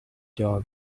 dog